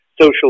social